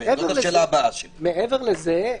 מעבר לזה,